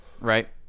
right